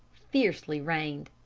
fiercely rained.